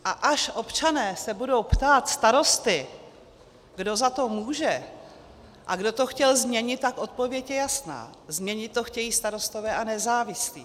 A až se občané budou ptát starosty, kdo za to může a kdo to chtěl změnit, tak odpověď je jasná změnit to chtějí Starostové a nezávislí.